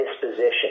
disposition